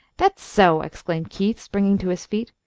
that's so! exclaimed keith, springing to his feet.